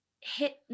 hit